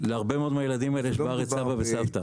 מאוד מהילדים האלה יש פה בארץ סבא וסבא.